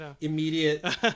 immediate